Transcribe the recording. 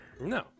No